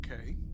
okay